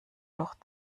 doch